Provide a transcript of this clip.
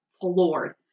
floored